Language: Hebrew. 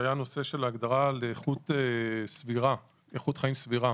היה הנושא של ההגדרה על איכות חיים סבירה.